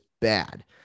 bad